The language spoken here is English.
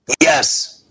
yes